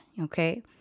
okay